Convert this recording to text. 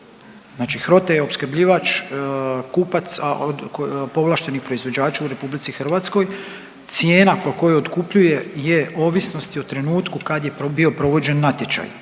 Znači HROTE je opskrbljivač kupaca od povlaštenih proizvođača u RH. Cijena po kojoj otkupljuje je ovisnosti o trenutku kad je bio provođen natječaj.